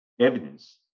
evidence